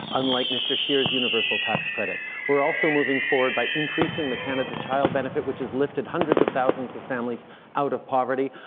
unlike mr. scheer's universal tax credit. we're also moving forward by increasing the canada child benefit which has lifted hundreds of thousands of families out of poverty.